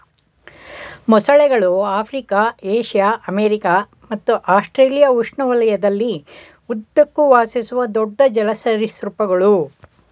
ಮೊಸಳೆಗಳು Africa Asia America ಮತ್ತು Australia ಉಷ್ಣವಲಯದಲ್ಲಿ ಉದ್ದಕ್ಕೂ ವಾಸಿಸುವ ದೊಡ್ಡ ಜಲ ಸರೀಸೃಪಗಳು